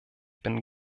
bin